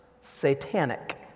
satanic